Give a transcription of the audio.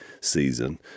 season